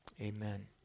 amen